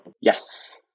Yes